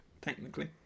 technically